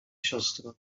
siostro